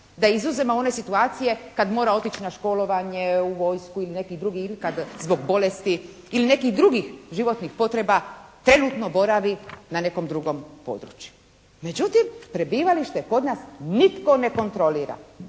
Da izuzmemo one situacije kad mora otići na školovanje, u vojsku ili neki drugi, ili kad zbog bolesti ili nekih drugih životnih potreba trenutno boravi na nekom drugom području. Međutim prebivalište kod nas nitko ne kontrolira.